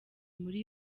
muri